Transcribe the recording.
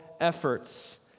efforts